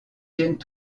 tiennent